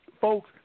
folks